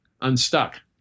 unstuck